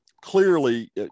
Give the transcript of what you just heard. clearly –